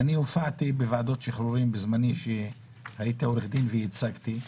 אני הופעתי בוועדות שחרורים בזמני כשהייתי עורך דין וייצגתי,